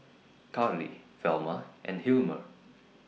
Carley Velma and Hilmer